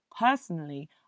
Personally